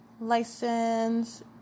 License